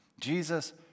Jesus